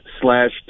slash